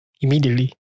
immediately